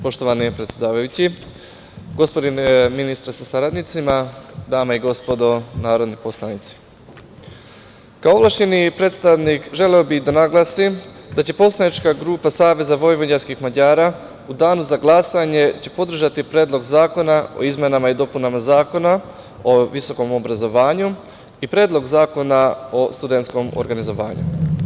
Poštovani predsedavajući, gospodine ministre sa saradnicima, dame i gospodo narodni poslanici, kao ovlašćeni predstavnik želeo bih da naglasim da će poslanička grupa SVM u danu za glasanje podržati Predlog zakona o izmenama i dopunama Zakona o visokom obrazovanju i Predlog zakona o studentskom organizovanju.